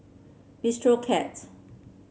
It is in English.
Bistro Cat